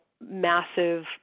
massive